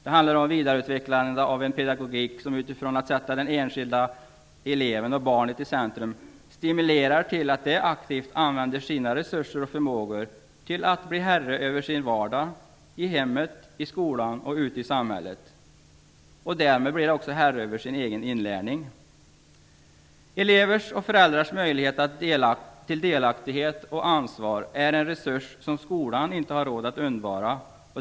Det handlar om att vidareutveckla en pedagogik som utifrån att sätta det enskilda barnet i centrum stimulerar till att det aktivt använder sina resurser och förmågor till att bli herre över sin egen vardag - i hemmet, i skolan och ute i samhället - och därmed också över sin egen inlärning. Elevers och föräldrars möjlighet till delaktighet och ansvar är en resurs som skolan inte har råd att undvara.